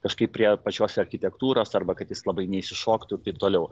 kažkaip prie pačios architektūros arba kad jis labai neišsišoktų ir taip toliau